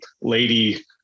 lady